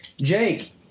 Jake